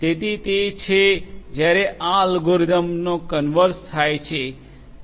તેથી તે છે જ્યારે આ અલ્ગોરિધમનો કન્વર્ઝ થાય છે